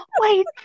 Wait